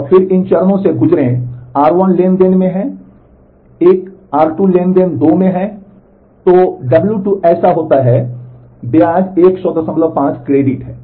और फिर इन चरणों से गुजरें r1 ट्रांज़ैक्शन में है 1 r2 ट्रांज़ैक्शन 2 में है तो w2 ऐसा होता है ब्याज 1005 क्रेडिट है